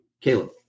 Caleb